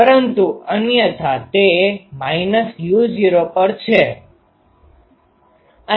પરંતુ અન્યથા તે u૦ પર છે